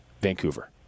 Vancouver